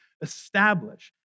establish